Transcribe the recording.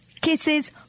Kisses